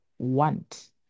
Want